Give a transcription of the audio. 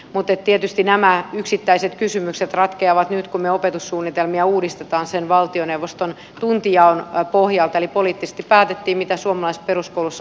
mutta tietysti nämä yksittäiset kysymykset ratkeavat nyt kun me opetussuunnitelmia uudistamme sen valtioneuvoston tuntijaon pohjalta eli poliittisesti päätettiin mitä suomalaisessa peruskoulussa opetetaan